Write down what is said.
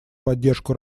поддержку